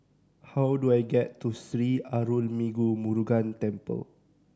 how do I get to Sri Arulmigu Murugan Temple